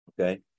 Okay